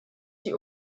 die